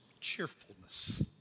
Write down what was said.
cheerfulness